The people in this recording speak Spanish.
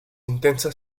intensa